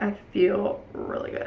ah feel really good.